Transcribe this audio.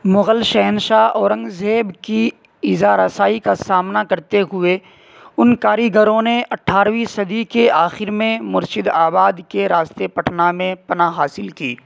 مغل شہنشاہ اورنگزیب کی ایذا رسائی کا سامنا کرتے ہوئے ان کاریگروں نے اٹھارہویں صدی کے آخر میں مرشدآباد کے راستے پٹنہ میں پناہ حاصل کی